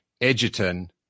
Edgerton